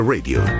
Radio